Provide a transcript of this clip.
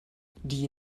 die